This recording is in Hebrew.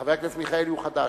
חבר הכנסת מיכאלי הוא חדש,